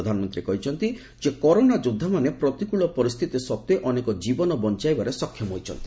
ପ୍ରଧାନମନ୍ତ୍ରୀ କହିଛନ୍ତି କରୋନା ଯୋଦ୍ଧାମାନେ ପ୍ରତିକୃଳ ପରିସ୍ଥିତି ସତ୍ତ୍ୱେ ଅନେକ ଜୀବନ ବଞ୍ଚାଇବାରେ ସକ୍ଷମ ହୋଇଛନ୍ତି